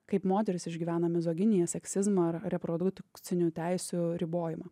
kaip moterys išgyvena mizoginiją seksizmą ar reprodukcinių teisių ribojimą